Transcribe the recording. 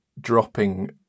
dropping